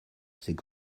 c’est